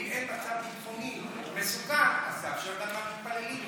ואם אין מצב ביטחוני מסוכן אז תאפשר גם למתפללים.